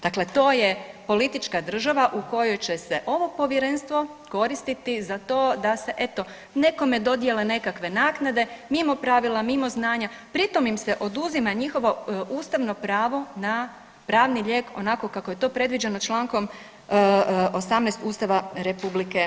Dakle to je politička država u kojoj će se ovo Povjerenstvo koristiti za to da se eto, nekome dodjele nekakve naknade mimo pravila, mimo znanja, pritom im se oduzima njihovo ustavno pravo na pravni lijek onako kako je to predviđeno čl. 18 Ustava RH.